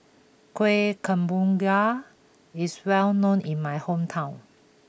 Kuih Kemboja is well known in my hometown